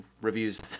reviews